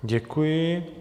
Děkuji.